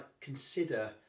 consider